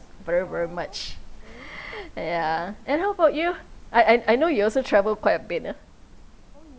very very much yeah and how about you I I I know you also travelled quite a bit ah